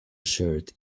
shirt